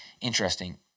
interesting